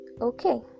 Okay